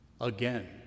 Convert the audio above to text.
Again